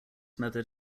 method